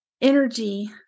energy